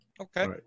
Okay